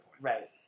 Right